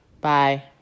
Bye